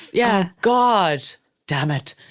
yeah. god damn it.